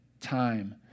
time